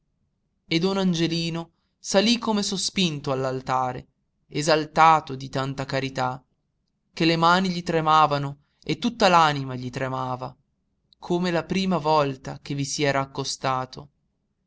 e don angelino salí come sospinto all'altare esaltato di tanta carità che le mani gli tremavano e tutta l'anima gli tremava come la prima volta che vi si era accostato